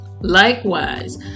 Likewise